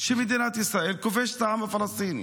שמדינת ישראל כובשת את העם הפלסטיני.